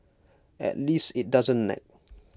at least IT doesn't nag